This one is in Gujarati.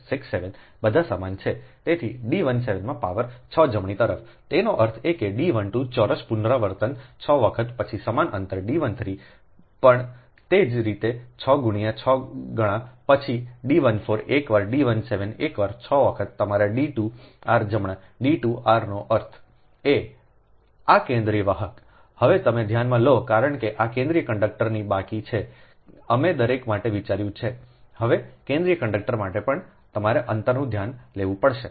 તેથી D 17 માં પાવર 6 જમણી તરફતેનો અર્થ એ કે D 12 ચોરસ પુનરાવર્તિત 6 વખત પછી સમાન અંતર D 13 પણ તે જ રીતે 6 ગુણ્યા 6 ગણા પછી D 14 એક વાર D 17 એકવાર 6 વખત તમારા D 2 r જમણા D 2 આરનો અર્થ એઆ કેન્દ્રીય વાહકહવે તમે ધ્યાનમાં લો કારણ કે આ કેન્દ્રિય કંડક્ટરની બાકી છે કે અમે દરેક માટે વિચાર્યું છેહવે કેન્દ્રીય કંડક્ટર માટે પણ તમારે અંતર ધ્યાનમાં લેવું પડશે